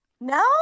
No